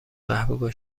محبوب